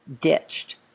ditched